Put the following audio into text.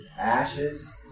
Ashes